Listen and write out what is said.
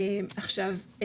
עכשיו,